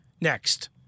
Next